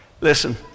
Listen